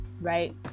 Right